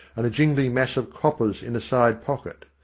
and a jingling mass of coppers in a side pocket.